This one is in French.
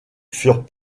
furent